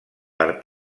per